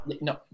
No